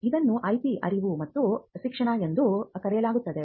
ಇದನ್ನು IP ಅರಿವು ಮತ್ತು ಶಿಕ್ಷಣ ಎಂದು ಕರೆಯಲಾಗುತ್ತದೆ